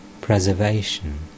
preservation